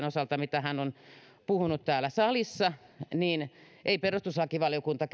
osalta mitä hän on puhunut täällä salissa niin ei perustuslakivaliokunta